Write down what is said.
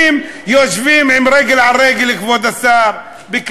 יום לאחר יום אנחנו מגלים שקשה מאוד לנהל פוליטיקה ראויה,